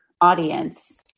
audience